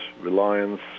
reliance